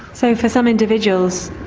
so for some individuals,